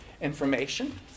information